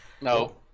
No